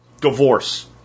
divorce